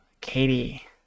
Katie